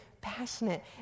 passionate